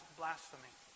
blasphemy